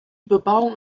bebauung